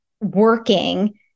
working